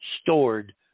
stored